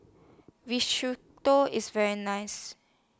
Risotto IS very nice